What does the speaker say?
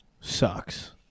sucks